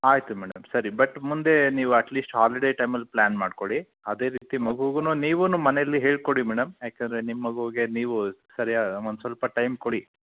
ಆಯಿತು ಮೇಡಮ್ ಸರಿ ಬಟ್ ಮುಂದೆ ನೀವು ಅಟ್ ಲೀಶ್ಟ್ ಹಾಲಿಡೇ ಟೈಮಲ್ಲಿ ಪ್ಲ್ಯಾನ್ ಮಾಡ್ಕೊಳ್ಳಿ ಅದೇ ರೀತಿ ಮಗುಗೂ ನೀವೂ ಮನೆಯಲ್ಲಿ ಹೇಳಿಕೊಡಿ ಮೇಡಮ್ ಯಾಕಂದರೆ ನಿಮ್ಮ ಮಗೂಗೆ ನೀವು ಸರಿಯಾದ ಒಂದು ಸ್ವಲ್ಪ ಟೈಮ್ ಕೊಡಿ